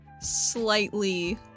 slightly